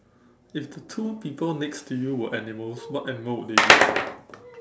if the two people next to you were animals what animal would they be